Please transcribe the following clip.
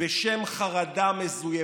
בשם חרדה מזויפת.